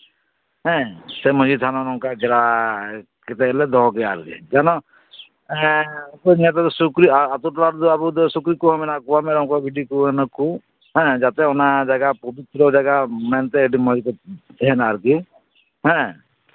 ᱥᱮ ᱢᱟᱺᱡᱷᱤ ᱛᱷᱟᱱ ᱦᱚᱸ ᱱᱚᱝᱠᱟ ᱜᱷᱮᱨᱟ ᱠᱟᱛᱮᱫ ᱜᱮᱞᱮ ᱫᱚᱦᱚ ᱠᱮᱭᱟ ᱟᱨᱠᱤ ᱡᱮᱱᱚ ᱦᱮᱸ ᱚᱠᱚᱭ ᱟᱵᱚ ᱟᱹᱛᱩ ᱴᱚᱞᱟ ᱠᱚᱨᱮ ᱫᱚ ᱥᱩᱠᱨᱤ ᱠᱚᱦᱚᱸ ᱦᱮᱱᱟᱜ ᱠᱚᱣᱟ ᱥᱩᱠᱨᱤ ᱠᱚ ᱢᱮᱨᱚᱢ ᱠᱚ ᱵᱷᱤᱰᱤ ᱠᱚ ᱦᱮᱸ ᱡᱟᱛᱮ ᱚᱱᱟ ᱡᱟᱭᱜᱟ ᱯᱚᱵᱤᱛᱨᱚ ᱡᱟᱭᱜᱟ ᱢᱮᱱᱛᱮ ᱟᱹᱰᱤ ᱢᱚᱸᱡᱽ ᱛᱮ ᱛᱟᱦᱮᱸᱱᱟ ᱟᱨᱠᱤ ᱦᱮᱸ